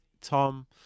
Tom